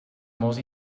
molts